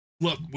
look